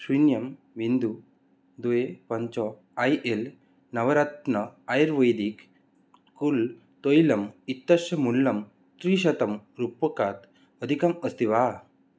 शून्यं बिन्दुः द्वे पञ्च A L Navratna ayurvedic cool तैलम् इत्यस्य मूल्यं त्रिशतं रूप्यकात् अधिकम् अस्ति वा